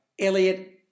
Elliot